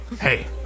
Hey